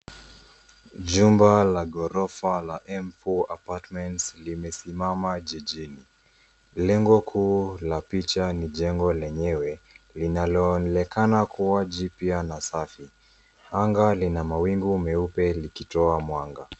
Jumba la gorofa la Emco apartmnets limesimama jijini lengo kuu la picha ni jengo lenyewe linalo onekana kuwa jipya na safi anga lina mawingu meupe likitoa mwanga.